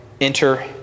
enter